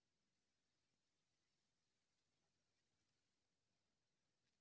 भारतीय गणराज्य के वार्षिक केंद्रीय बजट होबो हइ